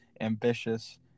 ambitious